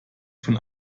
von